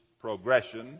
progression